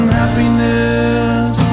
happiness